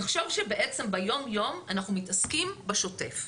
תחשוב שביום-יום אנחנו מתעסקים בשוטף.